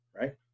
right